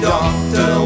Doctor